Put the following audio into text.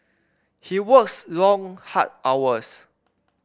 he works long hard hours